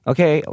Okay